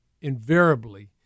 invariably